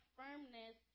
firmness